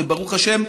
וברוך השם,